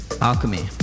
Alchemy